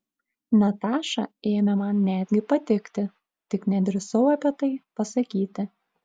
nataša ėmė man netgi patikti tik nedrįsau apie tai pasakyti